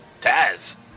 Taz